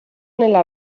nella